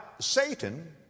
Satan